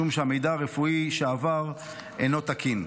משום שהמידע הרפואי שעבר אינו תקין.